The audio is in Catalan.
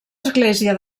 església